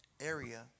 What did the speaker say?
area